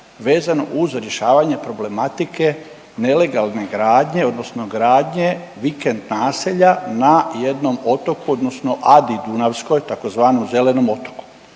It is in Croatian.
vezano uz rješavanje problematike nelegalne gradnje odnosno gradnje vikend naselja na jednom otoku odnosno Adi Dunavskoj tzv. zelenom otoku